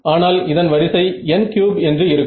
ஆனால் இதன் வரிசைn3 என்று இருக்கும்